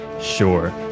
Sure